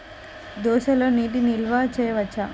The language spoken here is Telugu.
దోసలో నీటి నిల్వ చేయవచ్చా?